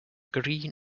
green